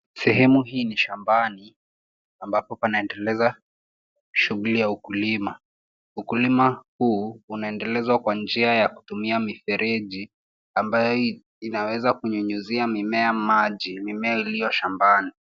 Sehemu hii ni shambani ambapo panaendelezwa shughuli ya ukulima. Ukulima huu unaendelezwa kwa jia ya kutumia mifereji ambayo inaweza kunyunyizia mimea maji, mimea iliyo shambani.